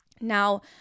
Now